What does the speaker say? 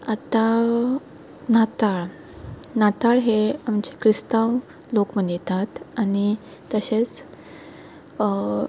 आतां नाताळ नाताळ हें आमचे क्रिस्तांव लोक मनयतात आनी तशेंच